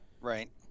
Right